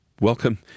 Welcome